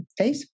Facebook